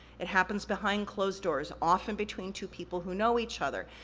it happens behind closed doors, often between two people who know each other.